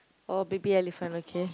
oh baby elephant okay